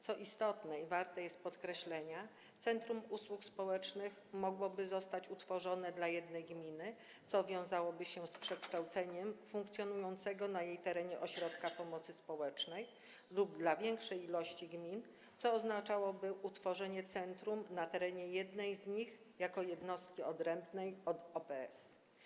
Co istotne i warte podkreślenia, centrum usług społecznych mogłoby zostać utworzone dla jednej gminy, co wiązałoby się z przekształceniem funkcjonującego na jej terenie ośrodka pomocy społecznej, lub dla większej ilości gmin, co oznaczałoby utworzenie centrum na terenie jednej z nich jako jednostki odrębnej od OPS.